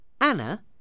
Anna